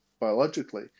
biologically